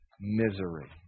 Misery